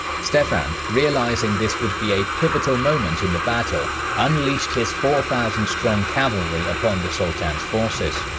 stephen, realizing this would be a pivotal moment in the battle unleashed his four thousand strong cavalry upon the sultan's forces.